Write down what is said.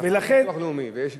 השכר מביטוח לאומי ויש גם,